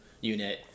unit